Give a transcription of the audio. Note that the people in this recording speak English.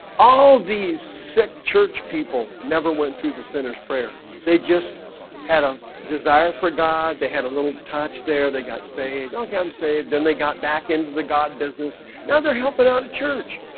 all these sick church people never went through the sinner's prayer they just had a desire for god. they had a little touch there. they got saved okay, i'm saved then. they got back into the god business now they're helping out a church,